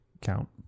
count